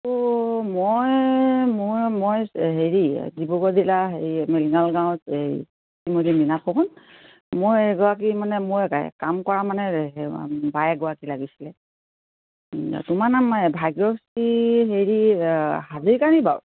অঁ মই মই মই হেৰি ডিব্ৰুগড় জিলা হেৰি ঙলগাঁৱত এই শ্ৰীমতী মীনা ফুকন মই এগৰাকী মানে মই কাম কৰা মানে বাই এগৰাকী লাগিছিলে তোমাৰ নাম ভাগ্যশ্ৰী হেৰি হাজৰিকা নি বাৰু